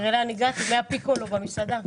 תראה לאן הגעתי, מהפיקולו במסעדה.